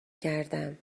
کردم